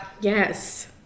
yes